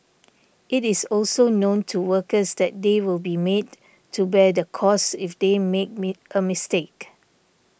it is also known to workers that they will be made to bear the cost if they make me a mistake